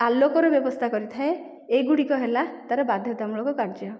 ଆଲୋକର ବ୍ୟବସ୍ଥା କରିଥାଏ ଏ ଗୁଡ଼ିକ ହେଲା ତା'ର ବାଧ୍ୟତାମୂଳକ କାର୍ଯ୍ୟ